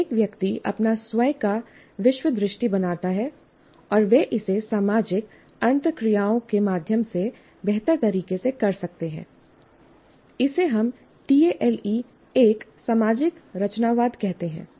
प्रत्येक व्यक्ति अपना स्वयं का विश्वदृष्टि बनाता है और वे इसे सामाजिक अंतःक्रियाओं के माध्यम से बेहतर तरीके से कर सकते हैं इसे हम टीएएलई 1 सामाजिक रचनावाद कहते हैं